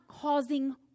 causing